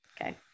Okay